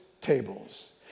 tables